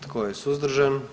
Tko je suzdržan?